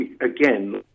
again